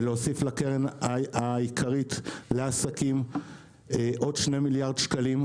ולהוסיף לקרן העיקרית לעסקים עוד שני מיליארד שקלים,